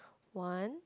one